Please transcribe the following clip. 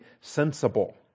sensible